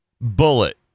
bullet